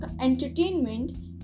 entertainment